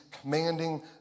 commanding